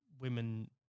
women